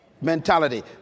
Mentality